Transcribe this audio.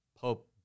Pope